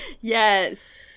Yes